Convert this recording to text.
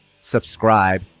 subscribe